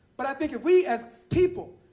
but i think if we, as people,